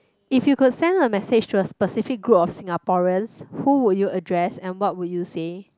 if you could send a message to a specific group of Singaporeans who would you address and what would you say